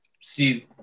Steve